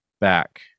back